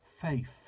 faith